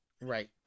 Right